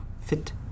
fit